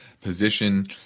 position